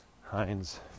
Heinz